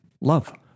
love